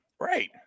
Right